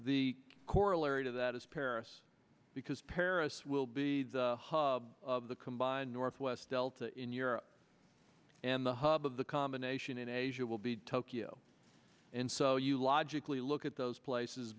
the corollary to that is paris because paris will be the hub of the combined northwest delta in europe and the hub of the combination in asia will be tokyo and so you logically look at those places